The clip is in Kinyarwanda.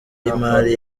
y’imari